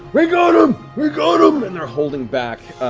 we got him! we got him! and they're holding back.